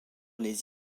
les